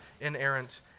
inerrant